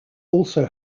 also